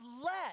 let